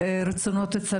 בן אדם יקר לכולנו,